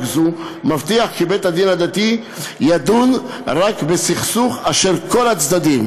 זו מבטיח כי בית-הדין הדתי ידון רק בסכסוך אשר בו כל הצדדים